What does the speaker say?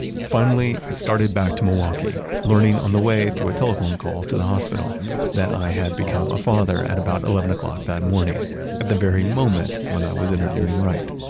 finally i started back to milwaukee, learning on the way through a telephone call to the hospital that i had become a father at about eleven o'clock that morning. at the very moment when i was interviewing, wright.